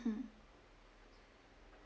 mmhmm